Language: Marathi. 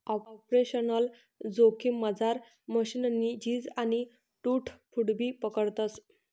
आपरेशनल जोखिममझार मशीननी झीज आणि टूट फूटबी पकडतस